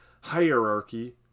hierarchy